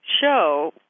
show